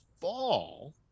fall